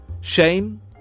Shame